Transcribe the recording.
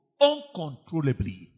Uncontrollably